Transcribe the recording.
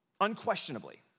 Unquestionably